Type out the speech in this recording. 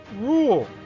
rule